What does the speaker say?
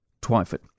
Twyford